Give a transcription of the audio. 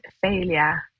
failure